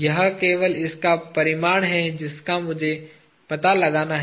यह केवल इसका परिमाण है जिसका मुझे पता लगाना है